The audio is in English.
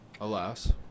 alas